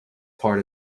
part